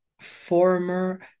former